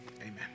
Amen